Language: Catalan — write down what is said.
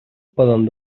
poden